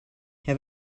have